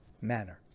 manner